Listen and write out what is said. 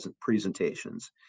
presentations